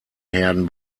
herden